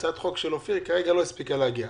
והצעת החוק של אופיר לא הספיקה להגיע.